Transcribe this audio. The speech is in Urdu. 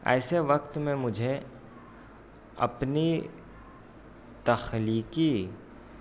ایسے وقت میں مجھے اپنی تخلیقی